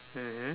mmhmm